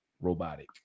robotic